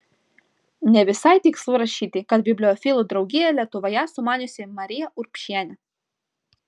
ne visai tikslu rašyti kad bibliofilų draugiją lietuvoje sumaniusi marija urbšienė